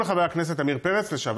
היה ניתוק מים כמה פעמים במשך השבוע שעבר.